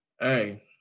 Hey